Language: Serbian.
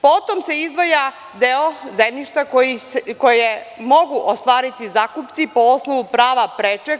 Potom se izdvaja deo zemljišta koje mogu ostvariti zakupci po osnovu prava prečeg.